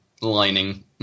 lining